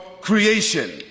creation